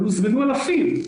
אבל הוזמנו אלפים.